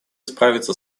справиться